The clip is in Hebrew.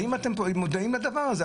האם אתם מודעים לדבר הזה,